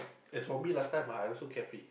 as for me last time ah I also carefree